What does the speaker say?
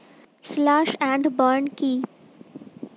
Slash and burn কি?